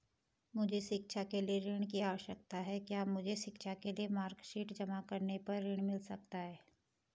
मुझे शिक्षा के लिए ऋण की आवश्यकता है क्या मुझे शिक्षा के लिए मार्कशीट जमा करने पर ऋण मिल सकता है?